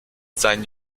sein